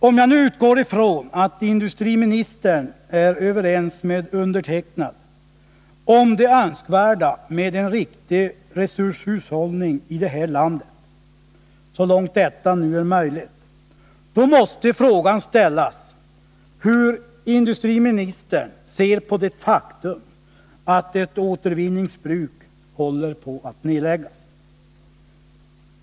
Om jag nu utgår ifrån att industriministern är överens med mig om det önskvärda i att vi får en riktig resurshushållning i det här landet — så långt detta nu är möjligt — då måste frågan ställas, hur industriministern ser på det faktum att ett återvinningsbruk håller på att nedläggas.